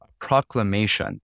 proclamation